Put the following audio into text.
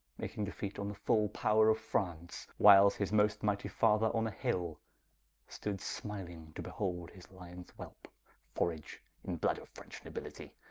making defeat on the full power of france whiles his most mightie father on a hill stood smiling, to behold his lyons whelpe forrage in blood of french nobilitie.